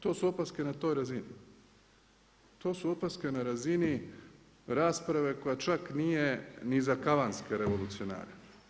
To su opaske na toj razini, to su opaske na razini rasprave koja čak nije ni za kavanske revolucionare.